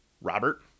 Robert